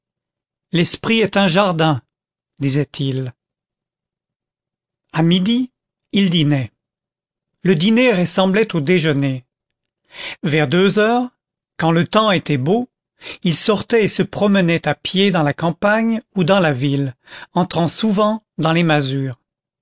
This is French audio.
l'esprit est un jardin disait-il à midi il dînait le dîner ressemblait au déjeuner vers deux heures quand le temps était beau il sortait et se promenait à pied dans la campagne ou dans la ville entrant souvent dans les masures